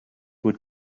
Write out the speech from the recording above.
would